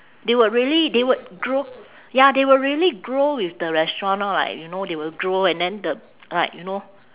they would really they would grow ya they will really grow with the restaurant orh like you know they will grow and then the like you know